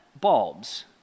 bulbs